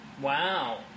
Wow